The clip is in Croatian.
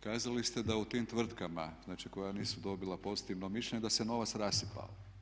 kazali ste da u tim tvrtkama, znače koja nisu dobila pozitivno mišljenje da se novac rasipao.